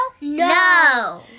No